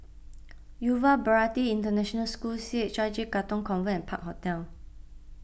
Yuva Bharati International School C H I J Katong Convent and Park Hotel